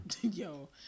Yo